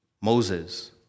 Moses